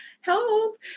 help